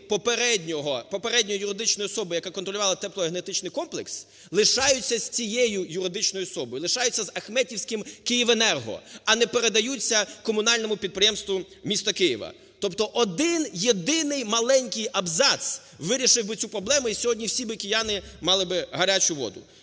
попередньої юридичної особи, яка контролювала теплоенергетичний комплекс, лишаються з цією юридичною особою, лишаються з ахметівським "Київенерго", а не передаються комунальному підприємству міста Києва. Тобто один єдиний маленький абзац вирішив би цю проблему, і сьогодні всі би кияни мали би гарячу воду.